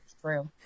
true